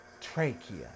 trachea